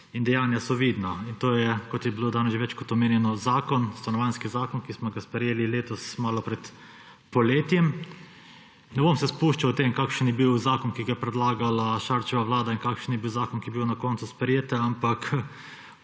In dejanja so vidna. To je, kot je bilo danes že večkrat omenjeno, zakon, stanovanjski zakon, ki smo ga sprejeli letos malo pred poletjem. Ne bom se spuščal v to, kakšen je bil zakon, ki ga je predlagala Šarčeva vlada, in kakšen je bil zakon, ki je bil na koncu sprejet, ampak